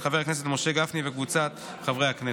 של חבר הכנסת משה גפני וקבוצת חברי הכנסת.